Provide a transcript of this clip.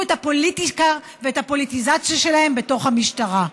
את הפוליטיקה ואת הפוליטיזציה שלהם בתוך המשטרה.